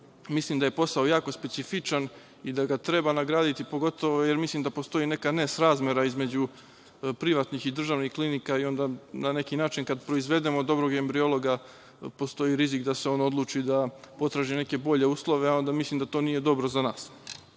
mislim da je posao jako specifičan i da ga treba nagraditi pogotovo jer mislim da postoji neka nesrazmera između privatnih i državnih klinika i onda na neki način kada proizvedemo dobrog embriologa, postoji rizik da se on odluči da potraži neke bolje uslove, a onda mislim da to nije dobro za nas. Na